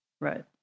Right